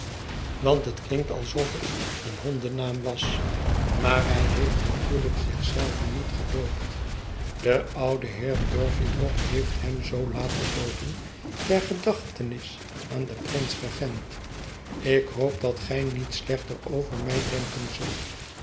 want het klinkt alsof het een hondennaam was maar hij heeft natuurlijk zich zelven niet gedoopt de oude heer turveydrop heeft hem zoo laten doopen ter gedachtenis van den prins regent ik hoop dat gij niet slechter over mij denken zult